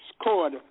scored